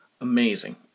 amazing